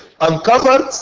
uncovered